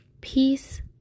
peace